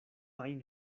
ajn